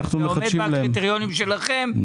זה עומד בקריטריונים שלכם,